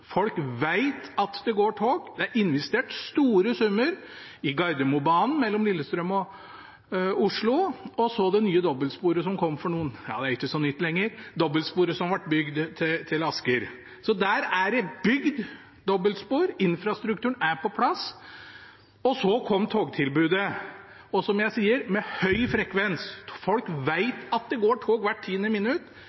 Folk vet at det går tog. Det er investert store summer i Gardermobanen mellom Lillestrøm og Oslo og også i det nye dobbeltsporet – ja, det er ikke så nytt lenger – som ble bygd til Asker. Der er det bygd dobbeltspor, infrastrukturen er på plass, og så kom togtilbudet, som jeg sier, med høy frekvens. Folk